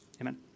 Amen